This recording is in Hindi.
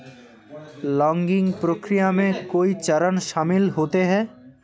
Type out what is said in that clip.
लॉगिंग प्रक्रिया में कई चरण शामिल होते है